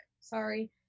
Sorry